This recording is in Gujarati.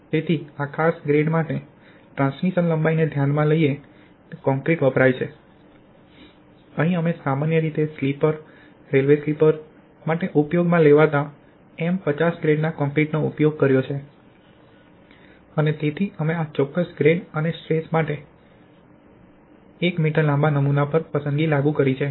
તેથી આ ખાસ ગ્રેડ માટે ટ્રાન્સમિશન લંબાઈને ધ્યાનમાં લઈને કોંક્રિટ વપરાય છે અહીં અમે સામાન્ય રીતે સ્લીપર રેલ્વે સ્લીપર્સ માટે ઉપયોગમાં લેવાતા M50 ગ્રેડના કોંક્રિટનો ઉપયોગ કર્યો છે અને તેથી અમે આ ચોક્કસ ગ્રેડ અને સ્ટ્રેસ માટે 1 મીટર લાંબા નમૂના પર પસંદ લાગુ કરી છે